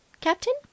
Captain